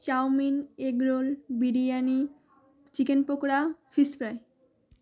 chowmein egg roll biryani chicken pakora fish fry